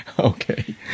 Okay